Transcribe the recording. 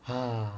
ah